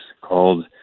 called